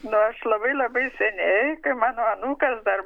nu aš labai labai seniai kai mano anūkas dar